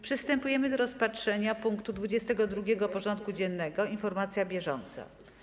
Przystępujemy do rozpatrzenia punktu 22. porządku dziennego: Informacja bieżąca.